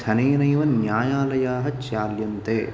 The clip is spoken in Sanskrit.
धनेनैव न्यायालयाः चाल्यन्ते